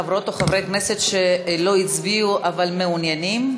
חברות או חברי כנסת שלא הצביעו אבל מעוניינים?